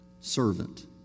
servant